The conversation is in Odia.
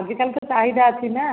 ଆଜିକାଲି ତ ଚାହିଦା ଅଛିନା